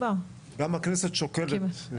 גם הכנסת שוקלת.